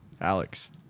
Alex